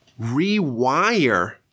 rewire